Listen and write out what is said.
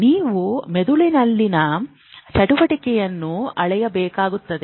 ನೀವು ಮೆದುಳಿನಲ್ಲಿನ ಚಟುವಟಿಕೆಯನ್ನು ಅಳೆಯಬೇಕಾಗುತ್ತದೆ